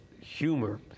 humor